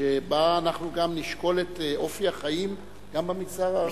שבו אנחנו גם נשקול את אופי החיים גם במגזר הערבי.